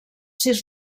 sis